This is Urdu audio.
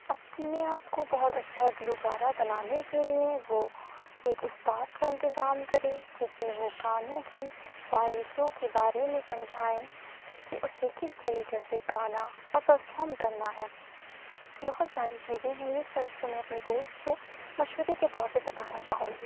اپنے آپ کو بہت اچھا گلوکارہ بنانے کے لیے وہ ایک اُستاد کا انتظام کرے جس سے وہ گانوں کی باریکیوں کے بارے میں سمجھائیں کہ اُسے کس طریقے سے گانا اور پر فام کرنا ہے بہت ساری چیزیں ہیں یہ سب جو میں اپنی دوست کو مشورہ کے طور پر بتانا چاہوں گی